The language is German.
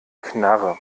knarre